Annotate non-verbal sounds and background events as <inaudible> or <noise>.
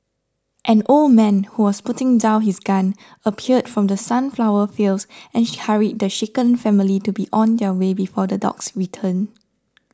an old man who was putting down his gun appeared from the sunflower fields and <noise> hurried the shaken family to be on their way before the dogs return